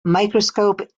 microscope